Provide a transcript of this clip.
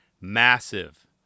massive